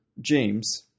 James